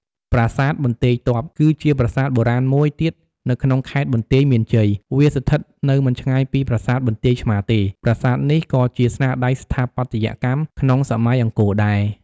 ប្រាសាទបន្ទាយទ័ព គឺជាប្រាសាទបុរាណមួយទៀតនៅក្នុងខេត្តបន្ទាយមានជ័យ វាស្ថិតនៅមិនឆ្ងាយពីប្រាសាទបន្ទាយឆ្មារទេ ប្រាសាទនេះក៏ជាស្នាដៃស្ថាបត្យកម្មក្នុងសម័យអង្គរដែរ។